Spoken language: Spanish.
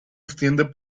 extiende